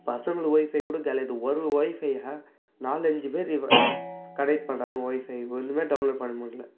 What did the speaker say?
பசங்கள்து WiFi கூட காலியாயிடுது ஒரு ஒய்ஃபைல நாலஞ்சு பேர் இப்போ கனெக்ட் பண்ணுறாங்க ஒய்ஃபை ஒன்றுமே டவுன்லோடு பண்ண முடில்ல